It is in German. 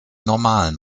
normalen